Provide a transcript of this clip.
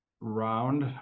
round